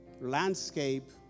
landscape